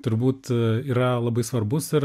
turbūt a yra labai svarbus ir